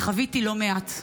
וחוויתי לא מעט,